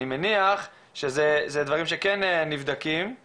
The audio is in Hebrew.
אני מניח שאלה דברים שכן נבדקים.